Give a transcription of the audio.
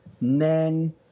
men